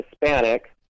Hispanic